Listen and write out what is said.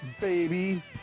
baby